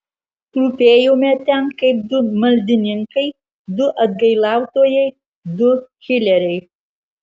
klūpėjome ten kaip du maldininkai du atgailautojai du hileriai